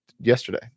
yesterday